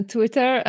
Twitter